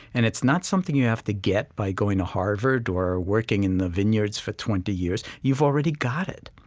and it's not something you have to get by going to harvard or working in the vineyards for twenty years you've already got it